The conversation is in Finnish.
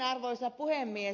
arvoisa puhemies